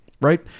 right